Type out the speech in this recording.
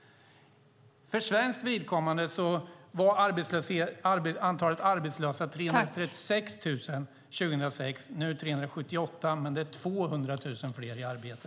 För svenskt vidkommande var antalet arbetslösa 336 000 år 2006. Nu är det 378 000. Men det är 200 000 fler i arbete.